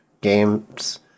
games